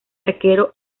arquero